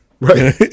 Right